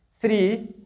Three